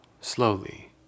slowly